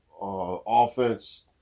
offense